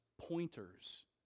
pointers